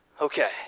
Okay